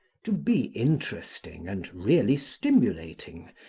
to be interesting and really stimulating,